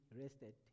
rested